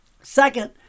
Second